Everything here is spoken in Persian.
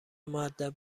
مودب